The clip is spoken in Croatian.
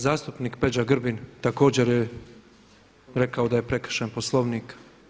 Zastupnik Peđa Grbin također je rekao da je prekršen Poslovnik.